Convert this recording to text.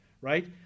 right